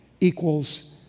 equals